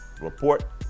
Report